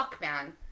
man